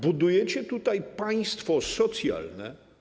Budujecie tutaj państwo socjalne.